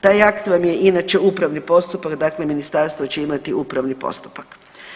Taj akt vam je inače upravni postupak, dakle ministarstvo će imati upravni postupak.